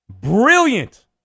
Brilliant